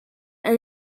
and